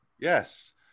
Yes